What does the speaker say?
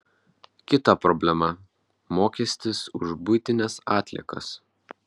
kita problema mokestis už buitines atliekas